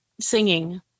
singing